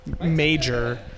major